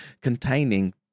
containing